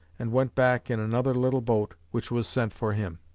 and went back in another little boat, which was sent for him.